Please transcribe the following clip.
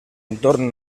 entorno